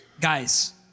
Guys